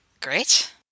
great